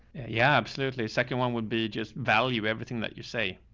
yeah, absolutely. a second one would be just value everything that you say.